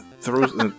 throws